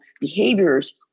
behaviors